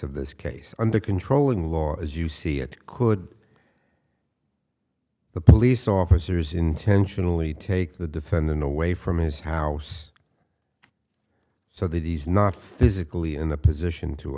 of this case and the controlling law as you see it could the police officers intentionally take the defendant away from his house so that he's not physically in the position to